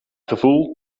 gevoel